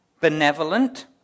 benevolent